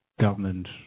government